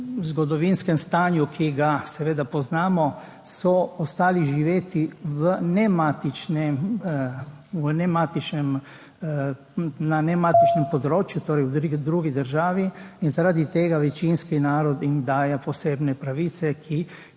zgodovinskem stanju, ki ga seveda poznamo, ostali živeči na nematičnem območju, torej v drugi državi, zaradi tega jim večinski narod daje posebne pravice, ki